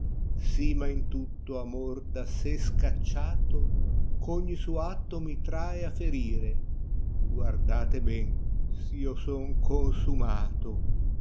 m ha in tutto amor da sé scacciato ch'ogni suo atto mi trae a ferire guardate ben s io sono consumato